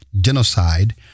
genocide